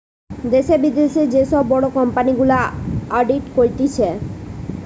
দ্যাশে, বিদ্যাশে যে সব বড় কোম্পানি গুলা অডিট করতিছে